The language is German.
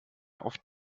auf